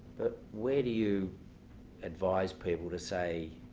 but, where do you advise people to say.